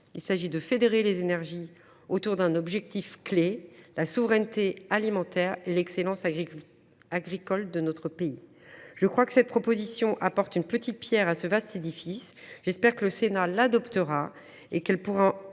Il s’agit de fédérer les énergies autour d’un objectif clé : la souveraineté alimentaire et l’excellence agricole de la France. Je crois que cette proposition de loi apporte une petite pierre à ce vaste édifice. J’espère que le Sénat l’adoptera et qu’elle pourra